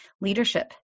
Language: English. leadership